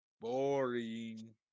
boring